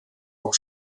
auch